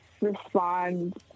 respond